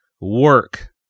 work